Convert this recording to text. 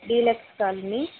deluxe colony